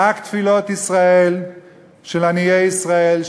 רק תפילות ישראל של עניי ישראל,